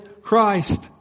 Christ